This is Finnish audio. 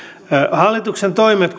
hallituksen toimet